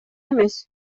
эмес